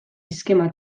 eskema